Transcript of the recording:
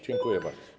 Dziękuję bardzo.